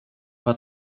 har